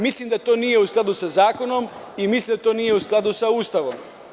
Mislim, da to nije u skladu sa zakonom i mislim da to nije u skladu sa Ustavom.